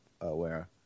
aware